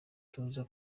tuza